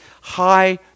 high